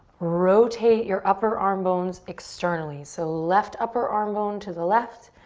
rotate your upper arm bones externally, so left upper arm bone to the left,